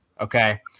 Okay